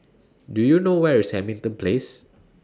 Do YOU know Where IS Hamilton Place